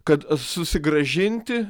kad susigrąžinti